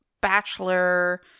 Bachelor